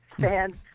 fans